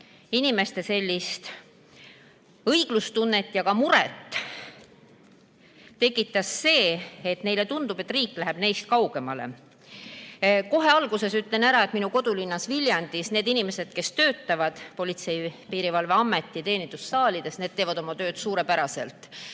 inimeste õiglustunnet ja tekitas muret ka see: inimestele tundub, et riik läheb neist kaugemale. Kohe alguses ütlen ära, et minu kodulinnas Viljandis need inimesed, kes töötavad Politsei‑ ja Piirivalveameti teenindussaalides, teevad oma tööd suurepäraselt.